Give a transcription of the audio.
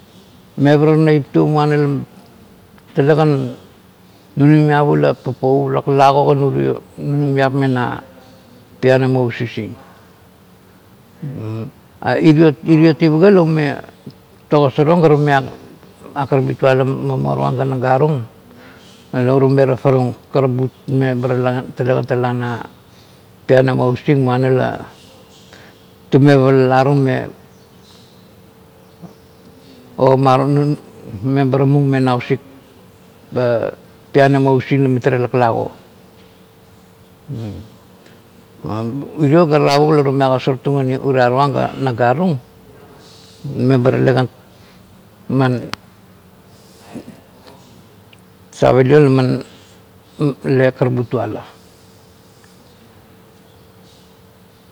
Mevara naip tuo moana la talekan nunumiap ula papou, laklagokan urio nunumiap me na pianam o usising. Iriot-iriot i paga la ume tagosarong ga tume akarabitula mamo tuang ga nagatung la tume tafatung kakarabit me ba talakan tale na pianam o usising muana la tume palalatung me o moro me ba temung mena usil pianam o usising la mitara laklago. Irio ga tavuk la tume agosartung un lualuang ga naga tung ma ba telekan man save liong la man le karabituala.